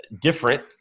Different